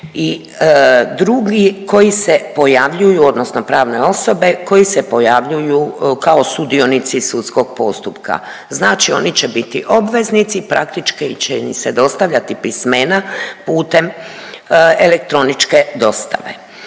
i drugi koji se pojavljuju, odnosno pravne osobe koji se pojavljuju kao sudionici sudskog postupka. Znači oni će biti obveznici. Praktički će im se dostavljati pismena putem elektroničke dostave.